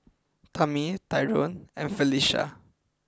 Tami Tyrone and Felisha